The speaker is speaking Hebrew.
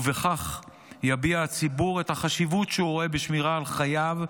ובכך יביע הציבור את החשיבות שהוא רואה בשמירה על חייו,